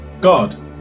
god